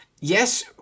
yes